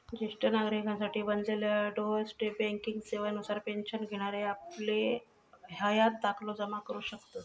ज्येष्ठ नागरिकांसाठी बनलेल्या डोअर स्टेप बँकिंग सेवा नुसार पेन्शन घेणारे आपलं हयात दाखलो जमा करू शकतत